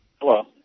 Hello